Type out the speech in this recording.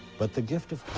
but the gift of